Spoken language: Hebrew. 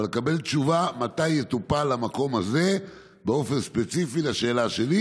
אבל לקבל תשובה מתי יטופל המקום הזה באופן ספציפי לשאלה שלי.